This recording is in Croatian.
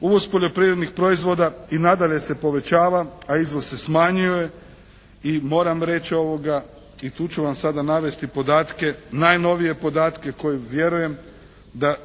Uvoz poljoprivrednih proizvoda i nadalje se povećava a izvoz se smanjuje i moram reći i tu ću vam sada navesti podatke, najnovije podatke koji vjerujem da